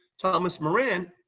thomas moran,